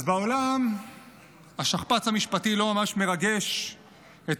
אז בעולם השכפ"ץ המשפטי לא ממש מרגש את